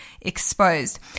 exposed